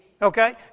Okay